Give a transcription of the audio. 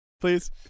please